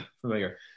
familiar